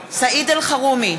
סעיד אלחרומי,